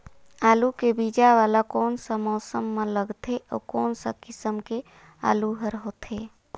आलू के बीजा वाला कोन सा मौसम म लगथे अउ कोन सा किसम के आलू हर होथे?